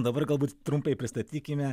dabar galbūt trumpai pristatykime